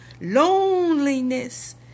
loneliness